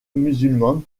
musulmane